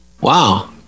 wow